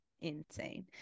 insane